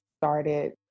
started